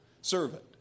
servant